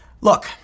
Look